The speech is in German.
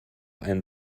einen